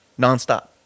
nonstop